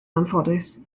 anffodus